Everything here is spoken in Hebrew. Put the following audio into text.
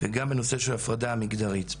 וגם נושא ההפרדה המגדרית.